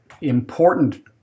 important